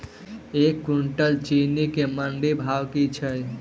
एक कुनटल चीनी केँ मंडी भाउ की छै?